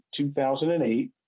2008